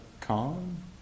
calm